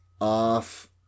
off